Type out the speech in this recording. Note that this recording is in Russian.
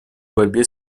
борьбе